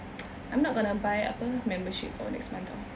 I'm not gonna buy apa membership for next month [tau]